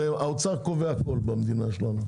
האוצר קובע הכול במדינה שלנו.